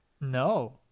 No